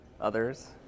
Others